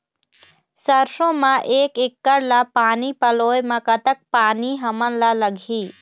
सरसों म एक एकड़ ला पानी पलोए म कतक पानी हमन ला लगही?